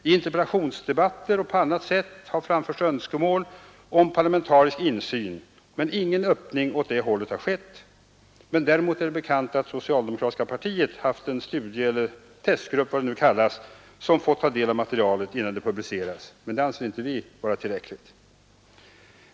I interpellationsdebatter och på annat sätt har framförts önskemål om parlamentarisk insyn, men ingen öppning åt det hållet har gjorts. Däremot är det bekant att socialdemokratiska partiet har haft en studieeller testgrupp eller vad det nu kallas, som fått ta del av materialet innan det publicerades. Men det anser inte vi vara tillräckligt.